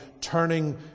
turning